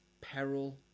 peril